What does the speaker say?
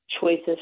choices